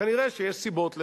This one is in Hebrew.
כנראה שיש סיבות לכך,